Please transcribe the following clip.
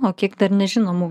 o kiek dar nežinomų